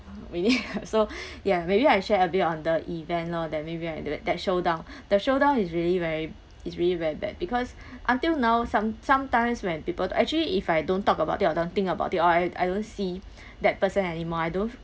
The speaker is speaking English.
really so ya maybe I share a bit on the event lor that maybe I did that that showdown the showdown is really very it's really very bad because until now some sometimes when people actually if I don't talk about it or don't think about uh I I don't see that person anymore I don't